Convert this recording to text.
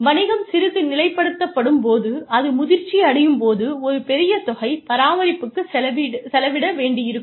வணிகம் சிறிது நிலைப்படுத்தப்படும்போது அது முதிர்ச்சியடையும் போது ஒரு பெரிய தொகை பராமரிப்புக்குச் செலவிட வேண்டி இருக்கும்